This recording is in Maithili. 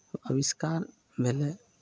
आविष्कार भेलै